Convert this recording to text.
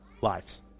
lives